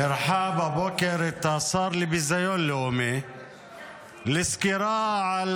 אירחה בבוקר את השר לביזיון לאומי לסקירה על